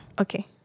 Okay